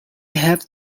have